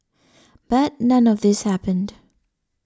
but none of this happened